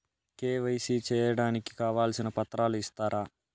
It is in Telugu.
కె.వై.సి సేయడానికి కావాల్సిన పత్రాలు ఇస్తారా?